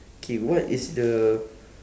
okay what is the